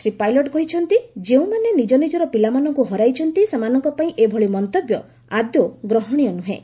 ଶ୍ରୀ ପାଇଲଟ କହିଛନ୍ତି ଯେଉଁମାନେ ନିଜ ନିଜର ପିଲାମାନଙ୍କୁ ହରାଇଛନ୍ତି ସେମାନଙ୍କ ପାଇଁ ଏଭଳି ମନ୍ତବ୍ୟ ଆଦୌ ଗ୍ରହଣୀୟ ନୁହେଁ